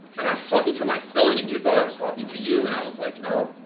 and i was talking to my son, and you thought i was talking to you, and i was like, no,